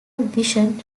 vision